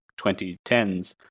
2010s